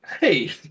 Hey